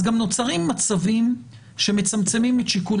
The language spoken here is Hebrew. אז גם נוצרים מצבים שמצמצמים את שיקול